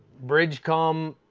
bridgecom,